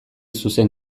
zuzen